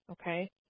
okay